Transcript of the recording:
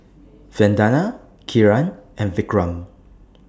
Vandana Kiran and Vikram